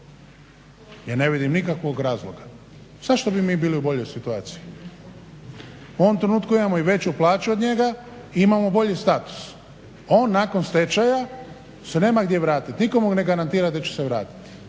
Ja ne vidim nikakvog razloga. Zašto mi bili u boljoj situaciji? U ovom trenutku imamo i veću plaću od njega i imamo bolji status. On nakon stečaja se nema gdje vratiti, nitko mu ne garantira da će se vratiti.